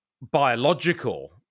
biological